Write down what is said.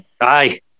Aye